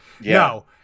no